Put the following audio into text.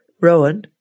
Rowan